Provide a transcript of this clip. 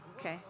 Okay